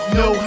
no